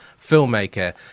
filmmaker